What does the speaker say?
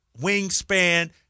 wingspan